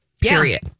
period